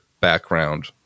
background